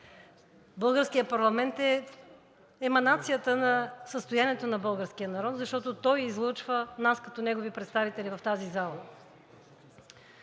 Българският парламент е еманацията на състоянието на българския народ, защото той излъчва нас като негови представители в тази зала.